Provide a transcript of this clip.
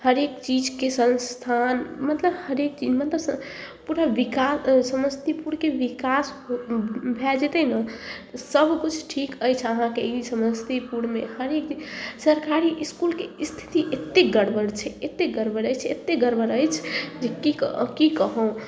हरेक चीजके संस्थान मतलब हरेक चीज मतलब पूरा बिका समस्तीपुरके विकास हो भी जेतै ने सब किछु ठीक अछि अहाँके ई समस्तीपुरमे अखन सरकारी इसकूलके स्थिति एत्ते गड़बड़ छै एत्ते गड़बड़ अछि एत्ते गड़बड़ अछि जे की की कहूँ